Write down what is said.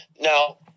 Now